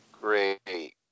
Great